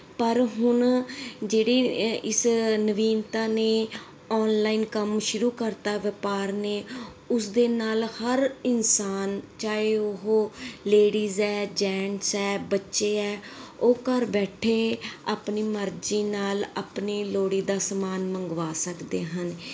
ਪਰ ਹੁਣ ਜਿਹੜੀ ਇ ਇਸ ਨਵੀਨਤਾ ਨੇ ਓਨਲਾਈਨ ਕੰਮ ਸ਼ੁਰੂ ਕਰਤਾ ਵਪਾਰ ਨੇ ਉਸ ਦੇ ਨਾਲ ਹਰ ਇਨਸਾਨ ਚਾਹੇ ਉਹ ਲੇਡੀਜ਼ ਹੈ ਜੈਂਟਸ ਹੈ ਬੱਚੇ ਹੈ ਉਹ ਘਰ ਬੈਠੇ ਆਪਨੀ ਮਰਜ਼ੀ ਨਾਲ ਆਪਣਾ ਲੋੜੀਂਦਾ ਸਮਾਨ ਮੰਗਵਾ ਸਕਦੇ ਹਨ